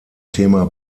thema